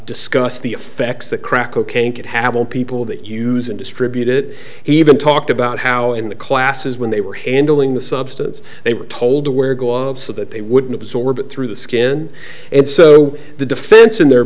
discuss the effects that crack cocaine could have on people that use and distribute it he even talked about how in the classes when they were handling the substance they were told to wear go up so that they wouldn't absorb it through the skin and so the defense in their